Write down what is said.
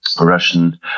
Russian